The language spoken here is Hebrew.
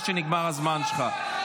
כי בסוף,